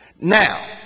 Now